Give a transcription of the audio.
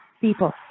people